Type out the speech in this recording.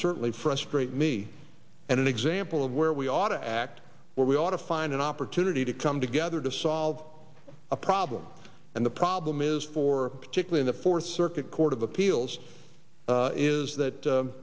certainly frustrate me and an example of where we ought to act where we ought to find an opportunity to come together to solve a problem and the problem is for particularly the fourth circuit court of appeals is that